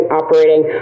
operating